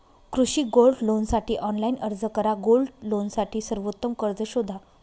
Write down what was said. कृषी गोल्ड लोनसाठी ऑनलाइन अर्ज करा गोल्ड लोनसाठी सर्वोत्तम कर्ज शोधा